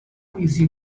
easy